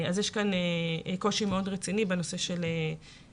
יש קושי מאוד רציני בנושא ההיעדרויות.